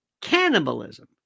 cannibalism